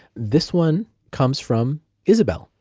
this one comes from isabelle,